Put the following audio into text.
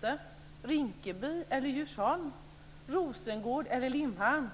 Är det Rinkeby eller Djursholm? Är det Rosengård eller Limhamn?